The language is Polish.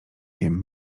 wiem